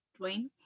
Dwayne